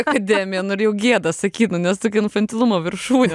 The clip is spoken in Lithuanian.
akademija nu ir jau gėda sakyt nu nes tokia infantilumo viršūnė